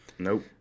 Nope